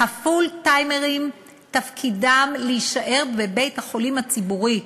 הפול-טיימרים תפקידם להישאר בבית-החולים הציבורי.